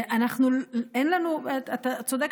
אתה צודק,